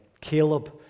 Caleb